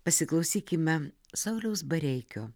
pasiklausykime sauliaus bareikio